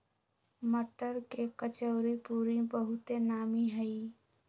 मट्टर के कचौरीपूरी बहुते नामि हइ